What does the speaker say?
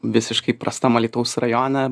visiškai prastam alytaus rajone